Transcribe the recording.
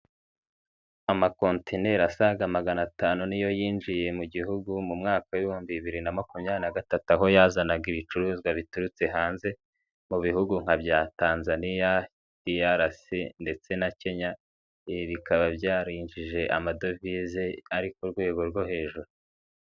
Amakontinele asaga magana atanu niyo yinjiye mu gihugu mu mwaka ibihumbi bibiri na makumyabiri na gatatu, aho yazanaga ibicuruzwa biturutse hanze, mu bihugu nka bya Tanzania, DRC, ndetse na Kenya, ibi bikaba byarinjije amadovize ari ku rwego rwo hejuru.